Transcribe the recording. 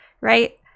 right